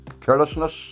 carelessness